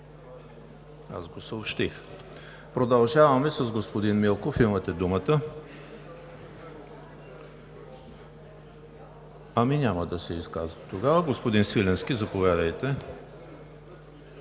аз го съобщих. Продължаваме с господин Милков – имате думата. Ами няма да се изказва тогава. Господин Свиленски, заповядайте.